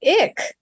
ick